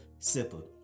Sipper